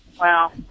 Wow